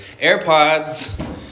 AirPods